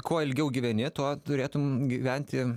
kuo ilgiau gyveni tuo turėtum gyventi